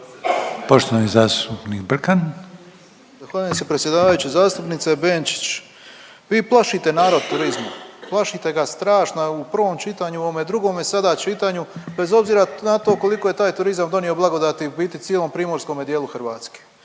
**Brkan, Jure (HDZ)** Zahvaljujem se predsjedavajući. Zastupnice Benčić, vi plašite narod turizmom. Plašite ga strašna u prvom čitanju u ovome drugome sada čitanju bez obzira na to koliko je taj turizam donio blagodati u biti cijelom primorskome dijelu Hrvatske.